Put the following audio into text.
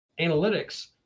analytics